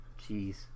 jeez